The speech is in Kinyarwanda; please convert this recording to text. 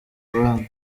abandi